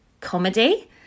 comedy